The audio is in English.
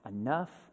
enough